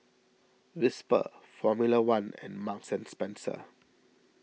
Whisper Formula one and Marks Spencer